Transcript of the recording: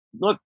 look